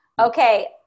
Okay